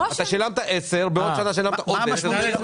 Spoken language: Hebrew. אתה שילמת 10% בעוד שנה שילמת עוד 10%,